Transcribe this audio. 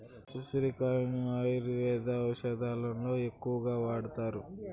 ఉసిరి కాయలను ఆయుర్వేద ఔషదాలలో ఎక్కువగా వాడతారు